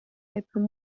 open